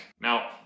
Now